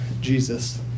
jesus